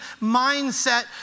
mindset